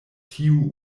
tiu